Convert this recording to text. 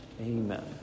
Amen